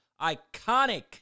iconic